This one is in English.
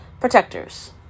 protectors